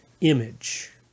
image